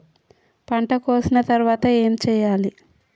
పంట కోసిన తర్వాత ఏం చెయ్యాలి?